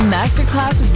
Masterclass